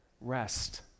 rest